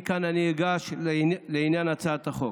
מכאן אני אגש לעניין הצעת החוק.